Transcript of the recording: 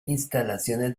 instalaciones